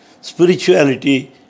Spirituality